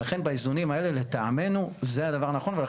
ולכן באיזונים האלה, לטעמנו, זה הדבר הנכון.